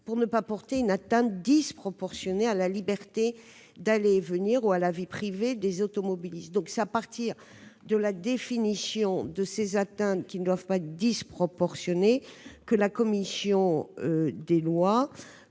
pour ne pas porter une atteinte disproportionnée à la liberté d'aller et venir ou à la vie privée des automobilistes. Sur la base de la définition de ces atteintes, qui ne doivent pas être disproportionnées, la commission des lois